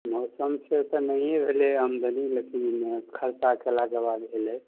मौसम से तऽ नहिए भेलै आमदनी लेकिन खरचा केलाके बाद अएलै